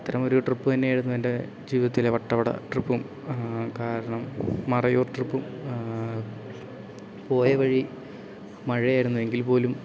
അത്തരമൊരു ട്രിപ്പ് തന്നെയായിരുന്നു എൻ്റെ ജീവിതത്തിലെ വട്ടവട ട്രിപ്പും കാരണം മറയൂർ ട്രിപ്പും പോയ വഴി മഴയായിരുന്നു എങ്കിൽ പോലും